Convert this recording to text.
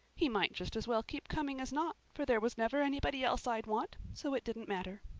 he might just as well keep coming as not, for there was never anybody else i'd want, so it didn't matter.